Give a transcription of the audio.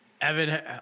Evan